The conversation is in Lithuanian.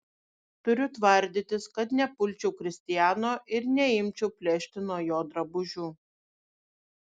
turiu tvardytis kad nepulčiau kristiano ir neimčiau plėšti nuo jo drabužių